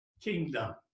kingdom